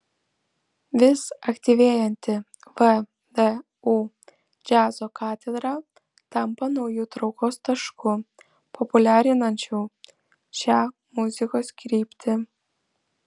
vis aktyvėjanti vdu džiazo katedra tampa nauju traukos tašku populiarinančiu šią muzikos kryptį